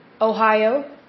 Ohio